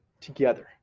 together